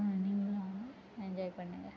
நீங்களும் என்ஜாய் பண்ணுங்கள்